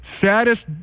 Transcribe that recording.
saddest